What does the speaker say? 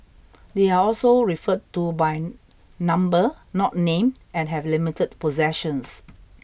they are also referred to by number not name and have limited possessions